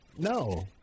No